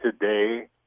today